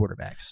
quarterbacks